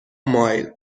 مایل